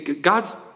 God's